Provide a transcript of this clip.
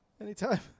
Anytime